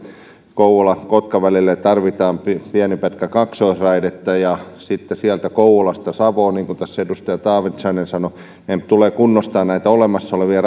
kouvola kotka välille tarvitaan pieni pätkä kaksoisraidetta ja sitten sieltä kouvolasta savoon niin kuin tässä edustaja taavitsainen sanoi meidän tulee kunnostaa näitä olemassa olevia